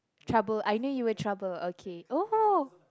trouble I know you were trouble okay oh